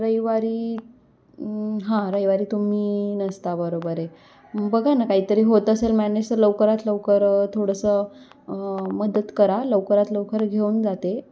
रविवारी हां रविवारी तुम्ही नसता बरोबर आहे बघा ना काहीतरी होत असेल मॅनेज तर लवकरात लवकर थोडंसं मदत करा लवकरात लवकर घेऊन जा ते